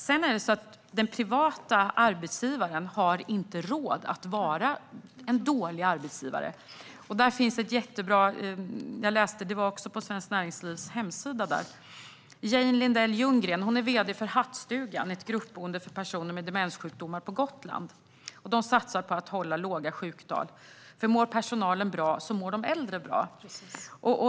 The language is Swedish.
Sedan är det så att en privat arbetsgivare inte har råd att vara en dålig arbetsgivare. Jag läste på Svenskt Näringslivs hemsida om Jane Lindell Ljunggren som är vd för Hattstugan, ett gruppboende för personer med demenssjukdomar på Gotland. De satsar på att hålla låga sjuktal, för "mår personalen bra så mår de äldre bättre".